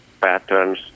patterns